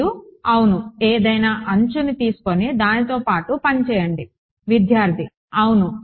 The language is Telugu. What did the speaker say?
మరియు అవును ఏదైనా అంచుని తీసుకొని దానితో పాటు పని చేయండి విద్యార్థి అవును